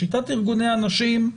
לשיטת ארגוני הנשים,